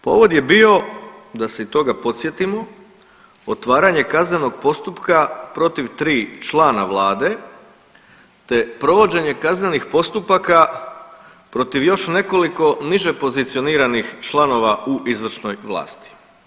Povod je bio da se i toga podsjetimo otvaranje kaznenog postupka protiv tri člana Vlade, te provođenje kaznenih postupaka protiv još nekoliko niže pozicioniranih članova u izvršnoj vlasti.